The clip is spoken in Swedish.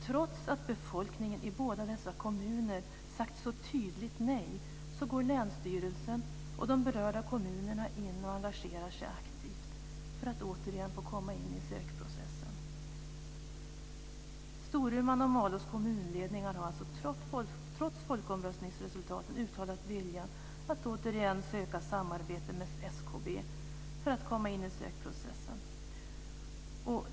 Trots att befolkningen i båda dessa kommuner så tydligt sagt nej går länsstyrelsen och de berörda kommunerna in och engagerar sig aktivt för att återigen få komma in i sökprocessen. Storumans och Malås kommunledningar har alltså trots folkomröstningsresultaten uttalat vilja att återigen söka samarbete med SKB för att komma in i sökprocessen!